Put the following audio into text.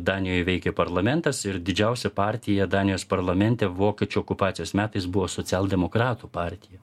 danijoj veikė parlamentas ir didžiausia partija danijos parlamente vokiečių okupacijos metais buvo socialdemokratų partija